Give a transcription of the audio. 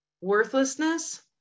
worthlessness